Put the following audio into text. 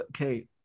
okay